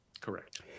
Correct